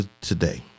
today